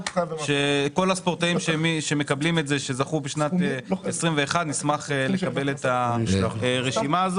כל הספורטאים שזכו ב-21' - נשמח לקבל את הרשימה.